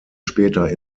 später